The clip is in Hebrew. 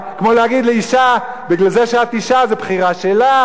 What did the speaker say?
כמו להגיד לאשה: זה שאת אשה זה בחירה שלך,